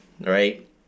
right